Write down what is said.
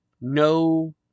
no